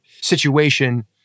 situation